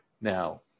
now